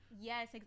Yes